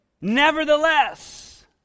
Nevertheless